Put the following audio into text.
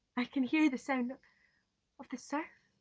i can hear the sound of of the surf